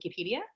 Wikipedia